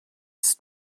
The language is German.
ist